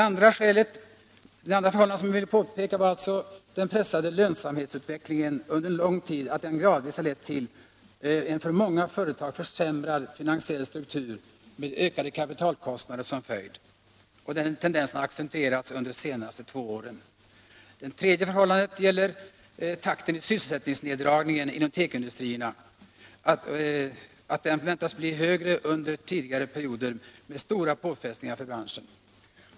För det andra har det varit en pressad lönsamhetsutveckling under lång tid, som gradvis lett till en för många företag försämrad finansiell struktur med ökade kapitalkostnader som följd. Den tendensen har accentuerats under de senaste två åren. För det tredje kan takten i sysselsättningsneddragningen inom tekoindustrierna väntas bli högre än under tidigare perioder med stora påfrestningar för branscherna.